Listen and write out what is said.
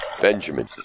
Benjamin